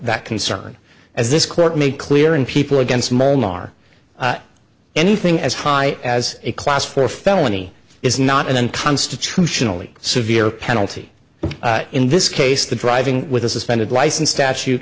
that concern as this court made clear and people against men are anything as high as a class four felony is not an constitutionally severe penalty in this case the driving with a suspended license statu